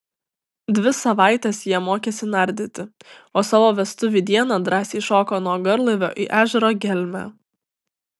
dvi savaites jie mokėsi nardyti o savo vestuvių dieną drąsiai šoko nuo garlaivio į ežero gelmę